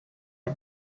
are